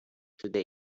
today